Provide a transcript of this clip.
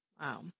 Wow